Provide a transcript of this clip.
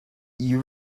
you